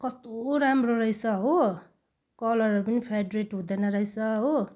कस्तो राम्रो रहेछ हो कलरहरू पनि फेडेट हुँदैन रहेछ हो